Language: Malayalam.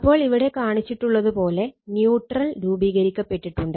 അപ്പോൾ ഇവിടെ കാണിച്ചിട്ടുള്ളത് പോലെ ന്യൂട്രൽ രൂപീകരിക്കപ്പെട്ടിട്ടുണ്ട്